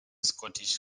scottish